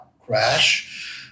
crash